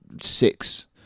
six